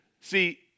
See